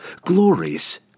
Glories